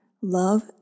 Love